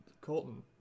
Colton